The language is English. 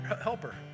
Helper